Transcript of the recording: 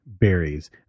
berries